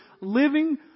Living